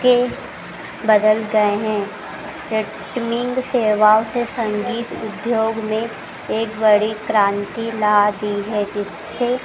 के बदल गए हैं सेटिंग सेवाओं से संगीत उद्योग में एक बड़ी क्रांति ला दी है जिससे